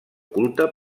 culte